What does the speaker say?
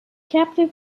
captive